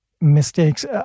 mistakes